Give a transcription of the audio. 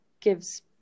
gives